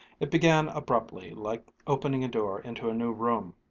it began abruptly, like opening a door into a new room.